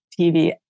TV